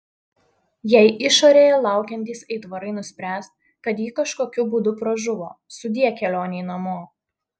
jei išorėje laukiantys aitvarai nuspręs kad ji kažkokiu būdu pražuvo sudie kelionei namo